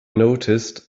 noticed